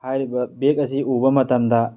ꯍꯥꯏꯔꯤꯕ ꯕꯦꯛ ꯑꯁꯤ ꯎꯕ ꯃꯇꯝꯗ